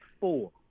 four